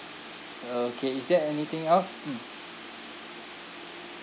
okay is there anything else mm